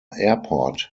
airport